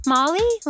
Molly